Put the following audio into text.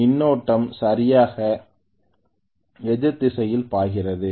மின்னோட்டம் சரியாக எதிர் திசையில் பாய்கிறது